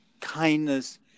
kindness